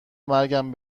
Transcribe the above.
مرگم